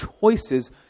choices